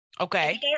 Okay